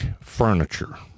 furniture